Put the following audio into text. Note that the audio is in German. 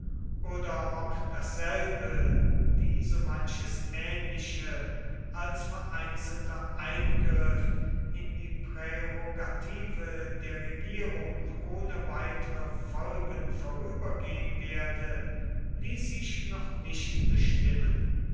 oder ob dasselbe wie so manches ähnliche als vereinzelter eingriff in die prärogative der regierung ohne weitere folgen vorübergehen werde ließ sich noch nicht bestimmen